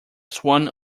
swarm